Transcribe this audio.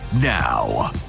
now